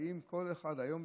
האם כל אחד היום,